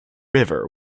river